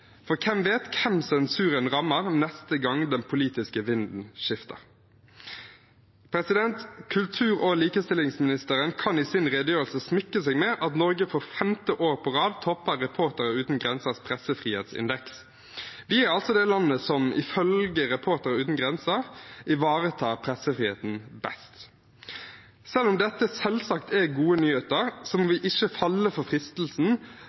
For hvem vet hvem sensuren rammer neste gang den politiske vinden skifter? Kultur- og likestillingsministeren kan i sin redegjørelse smykke seg med at Norge for femte år på rad topper Reportere uten grensers pressefrihetsindeks. Vi er altså det landet som ifølge Reportere uten grenser ivaretar pressefriheten best. Selv om dette selvsagt er gode nyheter, må vi ikke falle for fristelsen